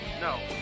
No